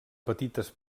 petites